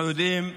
אנחנו יודעים,